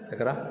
एकरा